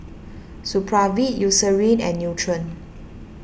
Supravit Eucerin and Nutren